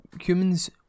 humans